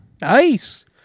Nice